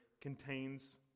contains